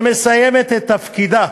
שמסיימת את תפקידה